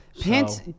Pants